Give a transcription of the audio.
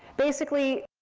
basically,